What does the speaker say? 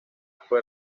fue